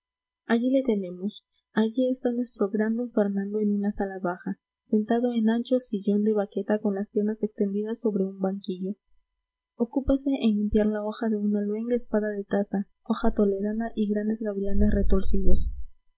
allí le tenemos allí está nuestro gran don fernando en una sala baja sentado en ancho sillón de vaqueta con las piernas extendidas sobre un banquillo ocúpase en limpiar la hoja de una luenga espada de taza hoja toledana y grandes gavilanes retorcidos